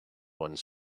one